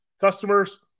customers